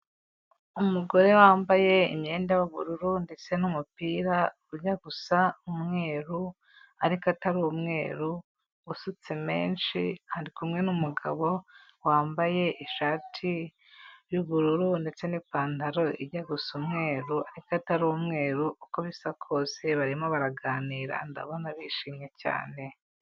Umugore wambaye imyenda y'ubururu ndetse n'umupira umwe gusa umweru ariko atari umweru, usutse menshi, ari kumwe n'umugabo wambaye ishati y'ubururu ndetse n'ipantaro ijya gusa umweru ariko atari umweru, uko bisa kose barimo baraganira ndabona bishimye cyane.